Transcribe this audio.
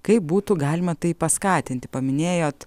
kaip būtų galima tai paskatinti paminėjot